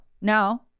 no